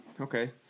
Okay